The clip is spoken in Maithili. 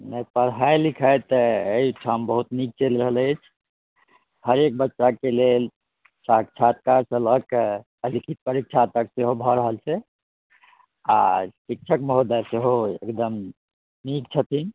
नहि पढ़ाइ लिखाइ तऽ एहिठाम बहुत नीक चलि रहल अछि हरेक बच्चाके लेल साक्षात्कारसँ लऽ कऽ आओर लिखित परीक्षा तक सेहो भऽ रहल छै आओर शिक्षक महोदय सेहो एकदम नीक छथिन